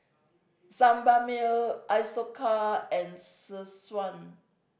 Sebamed Isocal and Selsun